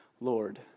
Lord